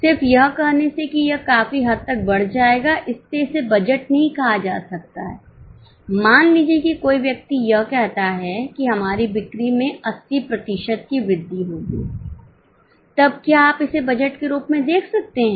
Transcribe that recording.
सिर्फ यह कहने से कि यह काफी हद तक बढ़ जाएगा इससे इसे बजट नहीं कहा जा सकता हैमान लीजिए कि कोई व्यक्ति यह कहता है कि हमारी बिक्री में 80 प्रतिशत की वृद्धि होगी तब क्या आप इसे बजट के रूप में देख सकते हैं